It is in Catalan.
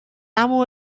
amo